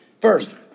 First